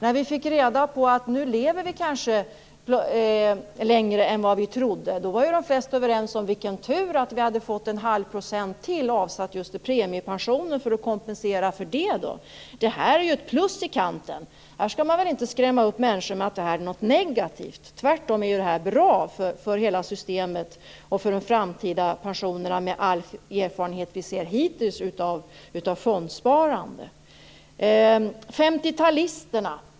När vi fick reda på att vi nu kanske lever längre än vad vi trodde var de flesta överens om att det var tur att vi fått en halv procent till avsatt just till premiepensionen för att kompensera för det. Detta är ett plus i kanten. Vi skall inte skrämma upp människor med att det är något negativt. Tvärtom är det bra för hela systemet och för de framtida pensionerna. Det ser vi av all erfarenhet hittills av fondsparande. Ragnhild Pohanka frågade om 50-talisterna.